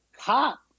cop